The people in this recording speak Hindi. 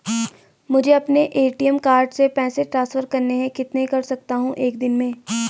मुझे अपने ए.टी.एम कार्ड से पैसे ट्रांसफर करने हैं कितने कर सकता हूँ एक दिन में?